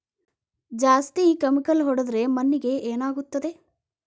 ಜಾಸ್ತಿ ಕೆಮಿಕಲ್ ಹೊಡೆದ್ರ ಮಣ್ಣಿಗೆ ಏನಾಗುತ್ತದೆ?